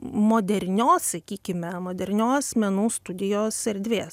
modernios sakykime modernios menų studijos erdvės